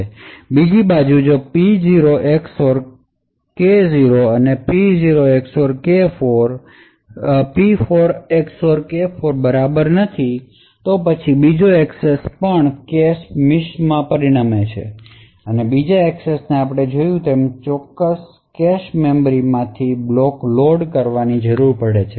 બીજી બાજુ જો P0 XOR K0 અને P4 XOR K4 બરાબર નથી તો પછી બીજો એક્સેસ પણ કેશ મિસ માં પરિણમે છે બીજી એક્સેસને આપણે જોયું તેમ તે ચોક્કસ કેશમાં મેમરી બલોક લોડ કરવાની જરૂર પડે છે